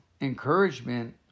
encouragement